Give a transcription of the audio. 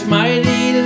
mighty